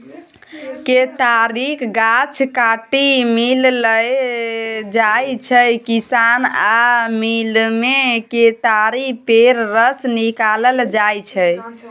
केतारीक गाछ काटि मिल लए जाइ छै किसान आ मिलमे केतारी पेर रस निकालल जाइ छै